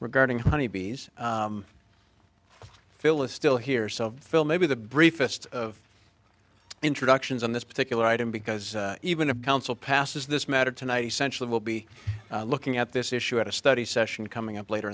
regarding honeybees phillis still here self fill maybe the briefest of introductions on this particular item because even a council passes this matter tonight essentially will be looking at this issue at a study session coming up later